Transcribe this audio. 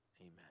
Amen